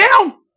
down